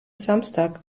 samstag